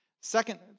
Second